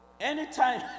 Anytime